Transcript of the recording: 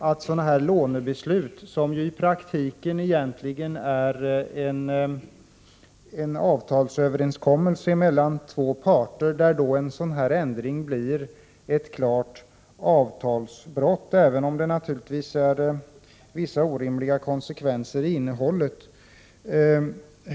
Dessa lånebeslut är i praktiken avtalsöverenskommelser mellan två parter. Denna ändring blir alltså ett klart avtalsbrott, även om det naturligtvis är vissa orimliga konsekvenser i innehållet.